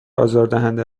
آزاردهنده